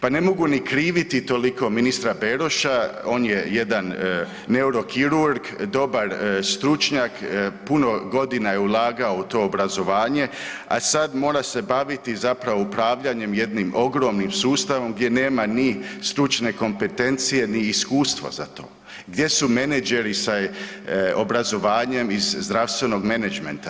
Pa ne mogu ni kriviti toliko ministra Beroša, on je jedan neurokirurg, dobar stručnjak, puno godina je ulagao u to obrazovanje, a sad mora se baviti zapravo upravljanjem jednim ogromnim sustavom gdje nema ni stručne kompetencije ni iskustvo za to, gdje su menadžeri sa obrazovanjem iz zdravstvenog menadžmenta?